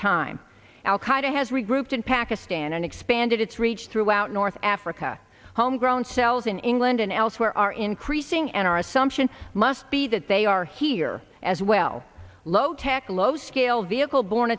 qaeda has regrouped in pakistan and expanded its reach throughout north africa homegrown cells in england and elsewhere are increasing and our assumption must be that they are here as well low tech low scale vehicle born